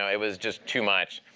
it was just too much.